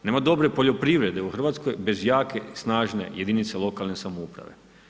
Nema dobre poljoprivrede u Hrvatskoj bez jake snaže jedinice lokalne samouprave.